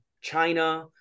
China